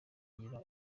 kugira